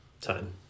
time